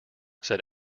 said